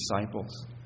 disciples